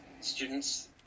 students